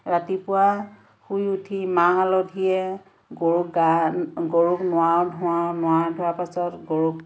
ৰাতিপুৱা শুই উঠি মা হালধিৰে গৰুক গা গৰুক নোৱাওঁ ধোৱাওঁ নোৱা ধোৱাৰ পাছত গৰুক